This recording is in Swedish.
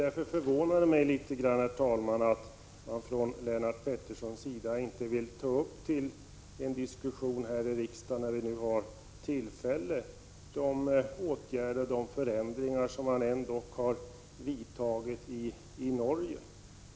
Det förvånar mig litet, herr talman, att Lennart Pettersson inte vill ta upp en diskussion om de åtgärder och förändringar som ändock vidtagits i Norge nu när det finns tillfälle.